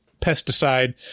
pesticide